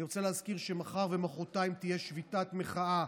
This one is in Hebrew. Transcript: אני רוצה להזכיר שמחר ומוחרתיים תהיה שביתת מחאה